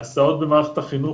ההסעות במערכת החינוך,